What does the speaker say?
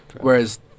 Whereas